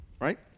right